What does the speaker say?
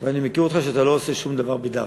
ואני מכיר אותך שאתה לא עושה שום דבר דווקא,